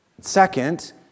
Second